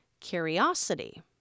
Curiosity